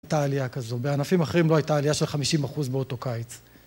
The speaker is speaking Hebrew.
לא הייתה עלייה כזו, בענפים אחרים לא הייתה עלייה של 50% באותו קיץ